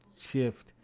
shift